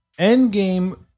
Endgame